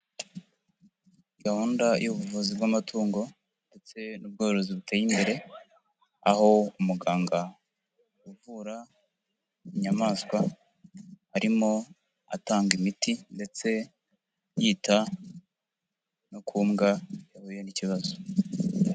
Gahunda y'ubuvuzi bw'amatungo ndetse n'ubworozi buteye imbere, aho umuganga uvura inyamaswa arimo atanga imiti ndetse yita no ku mbwa yahuye n'ikibazo.